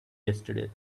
yesterday